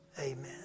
Amen